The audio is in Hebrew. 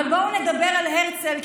אבל בואו נדבר על הרצל,